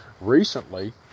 Recently